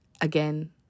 Again